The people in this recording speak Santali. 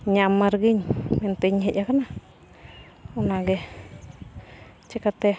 ᱧᱟᱢ ᱢᱟᱨᱜᱤᱧ ᱢᱮᱱᱛᱮᱧ ᱦᱮᱡ ᱟᱠᱟᱱᱟ ᱚᱱᱟᱜᱮ ᱪᱤᱠᱟᱹᱛᱮ